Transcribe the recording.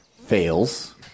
Fails